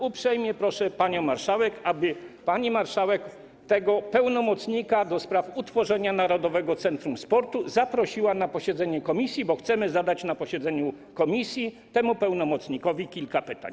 Uprzejmie proszę panią marszałek, aby pani marszałek tego pełnomocnika ds. utworzenia Narodowego Centrum Sportu zaprosiła na posiedzenie komisji, bo chcemy zadać na posiedzeniu komisji temu pełnomocnikowi kilka pytań.